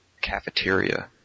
cafeteria